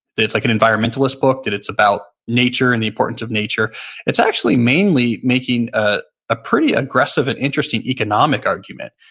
it's like an environmentalist book, that it's about nature and the importance of nature it's actually mainly making ah a pretty aggressive and interesting economic argument.